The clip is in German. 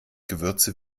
gewürze